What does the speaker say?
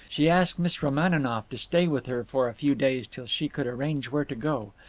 she asked miss romaninov to stay with her for a few days till she could arrange where to go